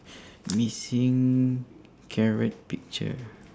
missing carrot picture